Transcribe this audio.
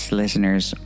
listeners